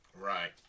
right